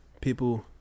people